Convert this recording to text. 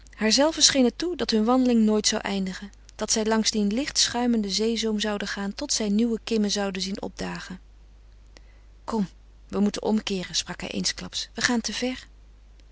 haarzelve scheen het toe dat hun wandeling nooit zou eindigen dat zij langs dien licht schuimenden zeezoom zouden gaan tot zij nieuwe kimmen zouden zien opdagen kom we moeten omkeeren sprak hij eensklaps we gaan te ver